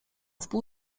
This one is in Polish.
wpół